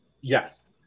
Yes